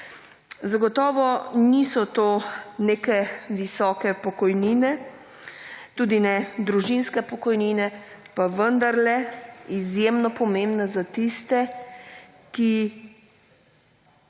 Zagotovo niso to neke visoke pokojnine, tudi ne družinske pokojnine, pa vendarle, izjemno pomembne za tiste, ki